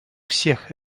всех